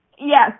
Yes